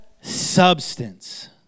substance